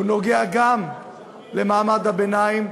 הוא נוגע גם למעמד הביניים,